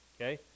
Okay